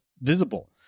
visible